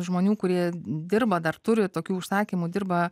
žmonių kurie dirba dar turi tokių užsakymų dirba